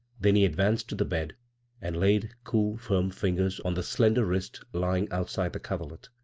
then he advanced to the bed and laid cool firm fingers on the slender wrist lying outside the coverlet.